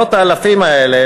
עשרות האלפים האלה,